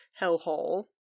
hellhole